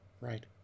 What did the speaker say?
Right